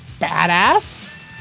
badass